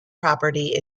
property